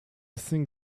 thing